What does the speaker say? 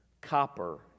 copper